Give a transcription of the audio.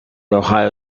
ohio